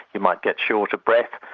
you might get short of breath,